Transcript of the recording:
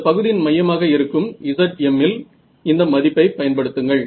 இந்தப் பகுதியின் மையமாக இருக்கும் zm இல் இந்த மதிப்பை பயன்படுத்துங்கள்